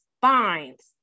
finds